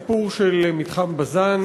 זו הפעם הראשונה שמשתמשים בדרך הזאת,